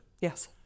Yes